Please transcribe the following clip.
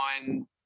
one